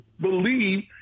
believe